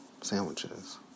sandwiches